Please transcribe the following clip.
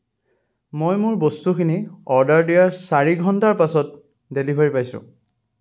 মই মোৰ বস্তুখিনি অৰ্ডাৰ দিয়াৰ চাৰি ঘণ্টাৰ পাছত ডেলিভাৰী পাইছোঁ